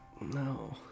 No